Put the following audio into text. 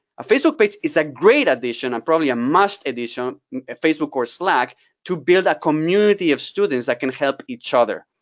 a facebook page is a great addition and probably a must edition, a facebook course slack to build a community of students that can help each other.